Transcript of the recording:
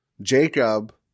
Jacob